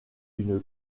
une